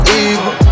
evil